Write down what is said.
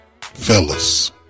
Fellas